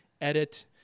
edit